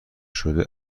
شده